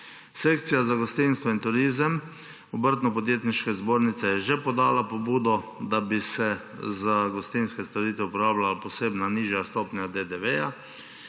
Sekcija za gostinstvo in turizem Obrtno-podjetniške zbornice je že podala pobudo, da bi se za gostinske storitve uporabljala posebna, nižja stopnja DDV.